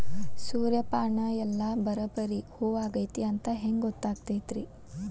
ಸೂರ್ಯಪಾನ ಎಲ್ಲ ಬರಬ್ಬರಿ ಹೂ ಆಗೈತಿ ಅಂತ ಹೆಂಗ್ ಗೊತ್ತಾಗತೈತ್ರಿ?